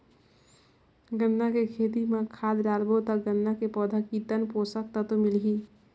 गन्ना के खेती मां खाद डालबो ता गन्ना के पौधा कितन पोषक तत्व मिलही?